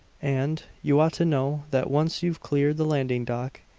and you ought to know that once you've cleared the landing-dock,